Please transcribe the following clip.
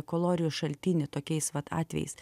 kalorijų šaltinį tokiais vat atvejais